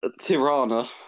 Tirana